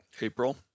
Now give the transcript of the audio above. April